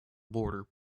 boarder